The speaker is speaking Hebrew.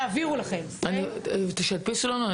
שידפיסו לנו.